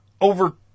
over